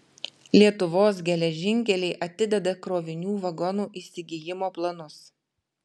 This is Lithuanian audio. lietuvos geležinkeliai atideda krovinių vagonų įsigijimo planus